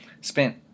spent